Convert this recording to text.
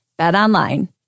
Betonline